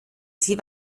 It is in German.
sie